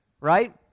Right